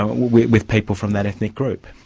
with with people from that ethnic group.